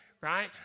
right